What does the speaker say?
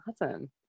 Awesome